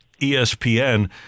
ESPN